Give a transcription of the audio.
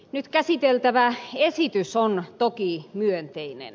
nyt käsiteltävä esitys on toki myönteinen